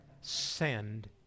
send